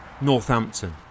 Northampton